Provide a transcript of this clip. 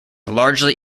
largely